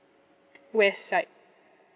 west side